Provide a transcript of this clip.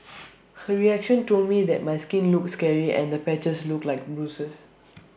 her reaction told me that my skin looked scary and the patches looked like bruises